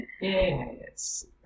Yes